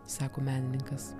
sako menininkas